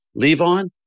Levon